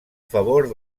favor